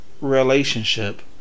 relationship